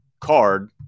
card